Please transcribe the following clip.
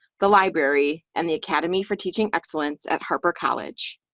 the library and the academy for teaching excellence at harper college.